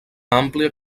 amplia